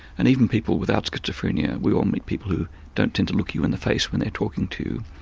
and even people without schizophrenia, we all meet people who don't tend to look you in the face when they're talking to you,